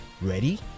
ready